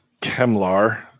Kemlar